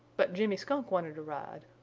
but jimmy skunk wanted a ride.